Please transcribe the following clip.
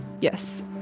Yes